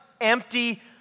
empty